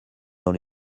dans